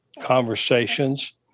conversations